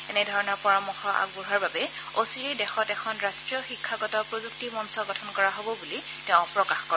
এনেধৰণৰ পৰামৰ্শ আগবঢ়োৱাৰ বাবে অচিৰেই দেশত এখন ৰাষ্ট্ৰীয় শিক্ষাগত প্ৰযুক্তি মঞ্চ গঠন কৰা হব বুলি তেওঁ প্ৰকাশ কৰে